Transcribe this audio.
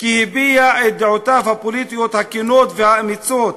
כי הביע את דעותיו הפוליטיות הכנות והאמיצות.